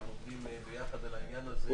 אנחנו עובדים ביחד על העניין הזה,